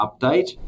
update